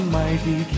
mighty